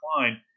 decline